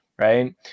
Right